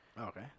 Okay